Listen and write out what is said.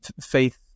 faith